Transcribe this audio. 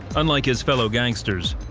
unlike his fellow gangsters,